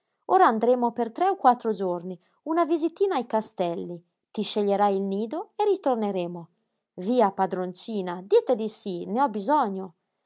ora andremmo per tre o quattro giorni una visitina ai castelli ti sceglierai il nido e ritorneremo via padroncina dite di sí ne ho bisogno